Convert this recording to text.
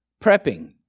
prepping